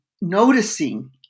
noticing